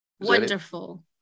wonderful